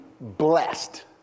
blessed